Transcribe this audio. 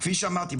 כפי שאמרתי,